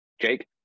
Jake